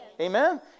Amen